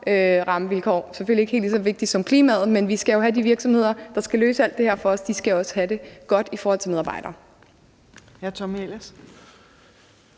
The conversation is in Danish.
rammevilkår. Det er selvfølgelig ikke helt lige så vigtigt som klimaet, men de virksomheder, der skal løse alt det her for os, skal også have det godt i forhold til medarbejdere.